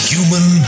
Human